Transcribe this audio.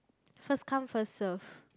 first come first serve